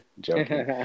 joking